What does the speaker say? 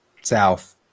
south